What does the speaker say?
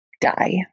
die